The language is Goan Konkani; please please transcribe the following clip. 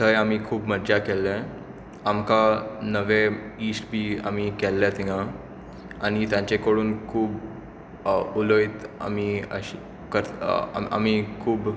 थंय आमी खूब मज्जा केली आमकां नवे इश्ट बी आमी केल्लें थंय आनी तांचे कडून खूब उलयत आमी आशिल्ले आमी खूब